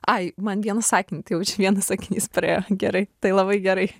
ai man vienu sakin tai jau čia vienas sakinys praėjo gerai tai labai gerai